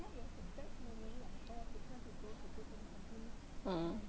mm